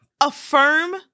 affirm